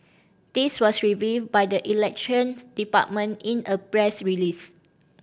this was revealed by the Election Department in a press release